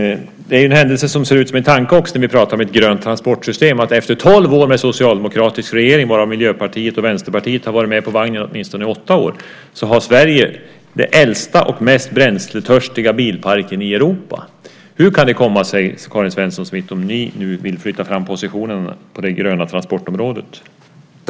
är det en händelse som ser ut som en tanke att efter tolv år med en socialdemokratisk regering, varav Miljöpartiet och Vänsterpartiet har varit med på vagnen i åtminstone åtta år, har Sverige den äldsta och mest bränsletörstiga bilparken i Europa. Hur kan det komma sig, Karin Svensson Smith, om ni nu vill flytta fram positionerna på det gröna transportområdet?